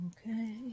Okay